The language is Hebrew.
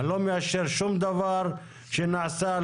אני לא מאשר שום דבר שנעשה,